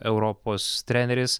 europos treneris